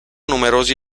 numerosi